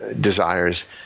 desires